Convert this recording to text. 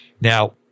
Now